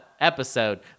episode